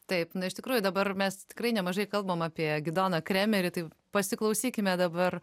taip na iš tikrųjų dabar mes tikrai nemažai kalbam apie gidoną kremerį tai pasiklausykime dabar